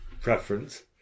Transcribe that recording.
preference